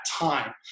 time